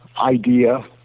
idea